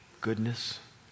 goodness